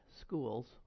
schools